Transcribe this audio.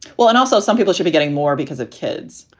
well, and also some people should be getting more because of kids.